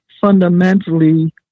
fundamentally